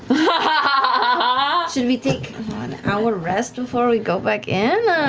ah should we take an hour rest before we go back in?